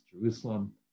Jerusalem